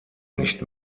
nicht